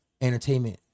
entertainment